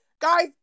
guys